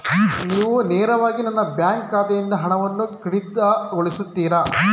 ನೀವು ನೇರವಾಗಿ ನನ್ನ ಬ್ಯಾಂಕ್ ಖಾತೆಯಿಂದ ಹಣವನ್ನು ಕಡಿತಗೊಳಿಸುತ್ತೀರಾ?